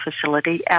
facility